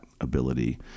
ability